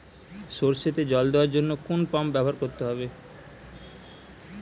সরষেতে জল দেওয়ার জন্য কোন পাম্প ব্যবহার করতে হবে?